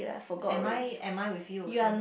am I am I with you also